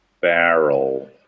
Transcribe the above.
barrel